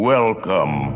Welcome